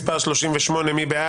א, ב, ג ו-ד החלופיות של 54. מי בעד?